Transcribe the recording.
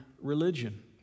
religion